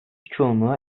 çoğunluğu